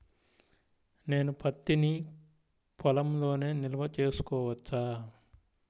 నేను పత్తి నీ పొలంలోనే నిల్వ చేసుకోవచ్చా?